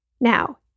Now